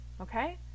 Okay